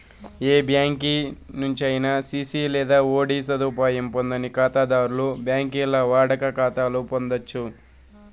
ఏ బ్యాంకి నుంచైనా సిసి లేదా ఓడీ సదుపాయం పొందని కాతాధర్లు బాంకీల్ల వాడుక కాతాలు పొందచ్చు